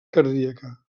cardíaca